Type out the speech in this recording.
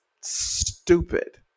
stupid